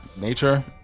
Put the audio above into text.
nature